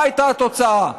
מה הייתה התוצאה?